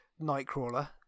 Nightcrawler